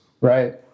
Right